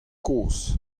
kozh